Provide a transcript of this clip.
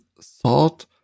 thought